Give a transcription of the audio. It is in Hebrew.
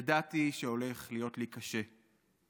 ידעתי שהולך להיות לי קשה.